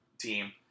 team